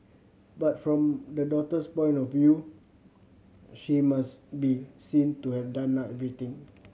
but from the daughter's point of view she must be seen to have done everything